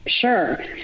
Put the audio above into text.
sure